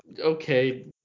okay